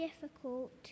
difficult